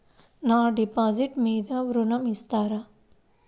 నా డిపాజిట్ మీద ఋణం ఇస్తారా?